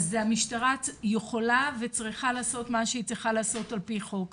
אז המשטרה יכולה וצריכה לעשות מה שהיא צריכה לעשות על פי חוק ולכן,